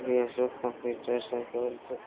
কৰি আছোঁ সংগীত চৰ্চা